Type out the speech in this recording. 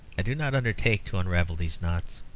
i do not undertake to unravel these knots.